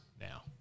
now